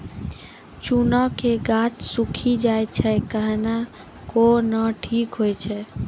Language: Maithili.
चना के गाछ सुखी सुखी जाए छै कहना को ना ठीक हो छै?